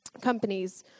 companies